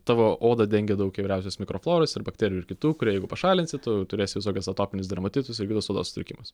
tavo odą dengia daug įvairiausios mikrofloros ir bakterijų ir kitų kurie jeigu pašalinsi tu turėsi visokias atopinius dermatitus ir kitus odos sutrikimus